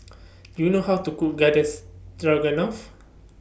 Do YOU know How to Cook Garden Stroganoff